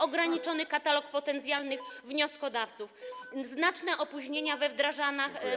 Ograniczony katalog potencjalnych wnioskodawców, znaczne opóźnienia we wdrażaniu.